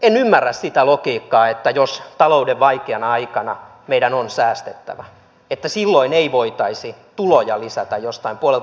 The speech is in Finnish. en ymmärrä sitä logiikkaa että jos talouden vaikeana aikana meidän on säästettävä silloin ei voitaisi tuloja lisätä jostain puolelta